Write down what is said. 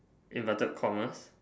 inverted commas